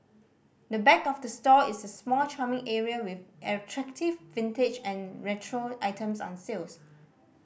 the back of the store is a small charming area with attractive vintage and retro items on sales